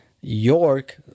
York